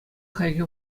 хальхи